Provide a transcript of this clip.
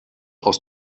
aus